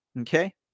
Okay